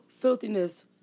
filthiness